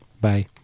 Bye